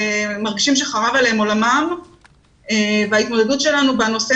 מרגישים שחרב עליהם עולמם וההתמודדות שלנו בנושא